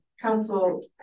Council